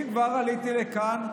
אם כבר עליתי לכאן,